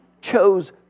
chose